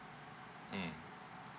mm